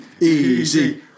easy